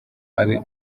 ari